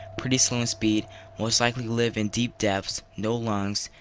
pretty slow in speed most likely live in deep depths, no lungs,